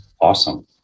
awesome